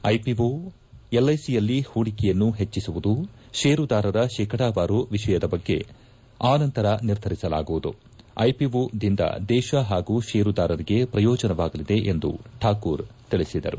IPO ಎಲ್ಐಸಿಯಲ್ಲಿ ಹೂಡಿಕೆಯನ್ನು ಹೆಚ್ಚಿಸುವುದು ಷೇರುದಾರರ ಶೇಕಡವಾರು ವಿಷಯದ ಬಗ್ಗೆ ಆನಂತರ ನಿರ್ಧರಿಸಲಾಗುವುದು ಐಪಿಒದಿಂದ ದೇಶ ಹಾಗೂ ಷೇರುದಾರರಿಗೆ ಪ್ರಯೋಜನವಾಗಲಿದೆ ಎಂದು ಶಾಕೂರ್ ತಿಳಿಸಿದರು